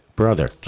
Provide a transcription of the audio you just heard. brother